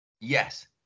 Yes